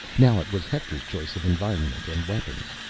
now it was hector's choice of environment and weapons.